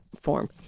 form